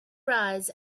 rise